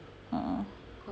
(uh huh)